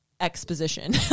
exposition